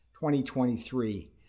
2023